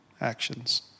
actions